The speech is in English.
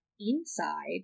Inside